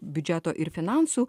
biudžeto ir finansų